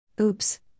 Oops